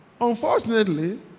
unfortunately